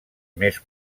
més